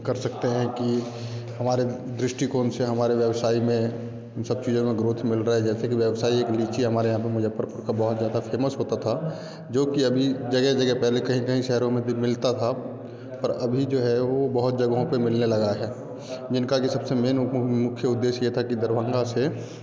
कर सकते हैं कि हमारे दृष्टिकोण से हमारे व्यवसाय में इन सब चीज़ों में ग्रोथ मिल रहा है जैसे कि व्यावसाय एक लीची हमारे यहाँ पे मुज़फ़्फ़रपुर का बहुत ज़्यादा फ़ेमस होता था जो कि अभी जगह जगह पहले कहीं कहीं शहरों में भी मिलता था और अभी जो है वो बहुत जगहों पे मिलने लगा है जिनका की सबसे मेन मुख्य उद्देश्य ये था कि दरभंगा से